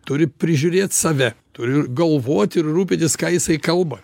turi prižiūrėt save turiu galvot ir rūpintis ką jisai kalba